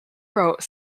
wrote